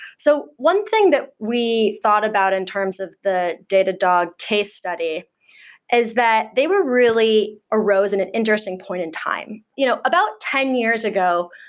so one thing that we thought about in terms of the datadog case study is that they really arose in an interesting point in time. you know about ten years ago,